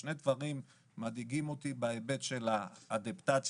שני דברים מדאיגים אותי בהיבט של האדפטציה.